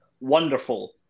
Wonderful